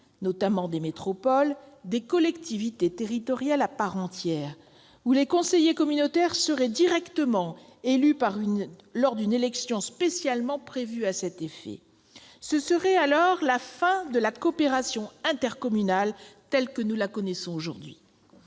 notamment des métropoles, des collectivités territoriales à part entière, dont les conseillers communautaires seraient directement élus lors d'une élection spécialement prévue à cet effet. Ce serait alors la fin de la coopération intercommunale telle que nous la connaissons aujourd'hui.